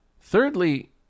thirdly